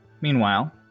meanwhile